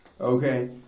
okay